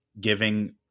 giving